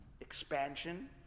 expansion